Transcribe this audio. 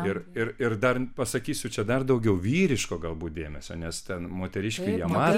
ir ir ir dar pasakysiu čia dar daugiau vyriško galbūt dėmesio nes ten moteriškių jie mato